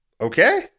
Okay